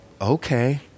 okay